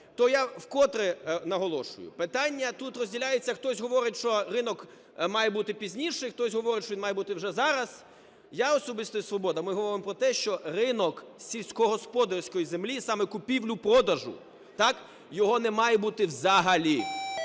то я вкотре наголошую, питання тут розділяється: хтось говорить, що ринок має бути пізніше, хтось говорить, що він має бути вже зараз. Я особисто і "Свобода" ми говоримо про те, що ринок сільськогосподарської землі, саме купівлі-продажу, так, його не має бути взагалі.